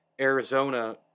Arizona